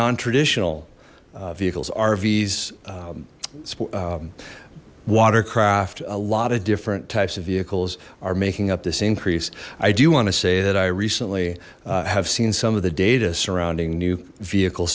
non traditional vehicles rvs watercraft a lot of different types of vehicles are making up this increase i do want to say that i recently have seen some of the data surrounding new vehicle